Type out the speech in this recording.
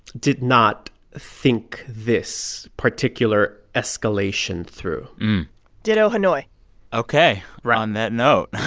did not think this particular escalation through ditto hanoi ok. around that note